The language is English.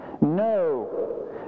No